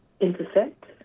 intersect